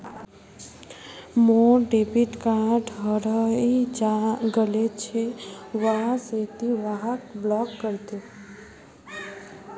मोर debit card हरइ गेल छ वा से ति वहाक ब्लॉक करे दे